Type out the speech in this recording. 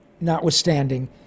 notwithstanding